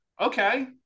Okay